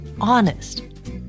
honest